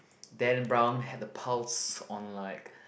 Dan Brown had a pulse on like